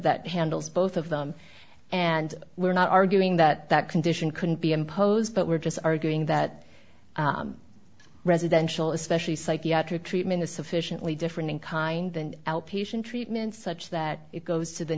that handles both of them and we're not arguing that that condition can be imposed but we're just arguing that residential especially psychiatric treatment is sufficiently different in kind than outpatient treatment such that it goes to the